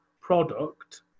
product